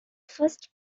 first